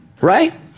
Right